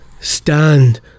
stand